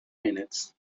minutes